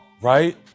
right